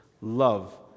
love